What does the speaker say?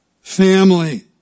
Family